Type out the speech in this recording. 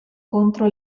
contro